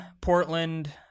Portland